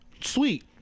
Sweet